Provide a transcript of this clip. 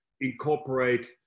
incorporate